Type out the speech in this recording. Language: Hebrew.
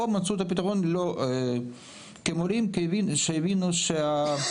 או מצאו את הפתרון לא כמורים כשהבינו שה-